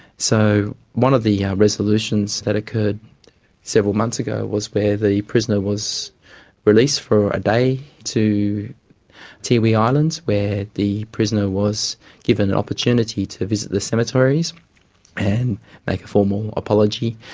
so one of the resolutions that occurred several months ago was where the prisoner was released for a day to tiwi islands where the prisoner was given opportunity to visit the cemeteries and make a formal apology.